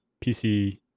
PC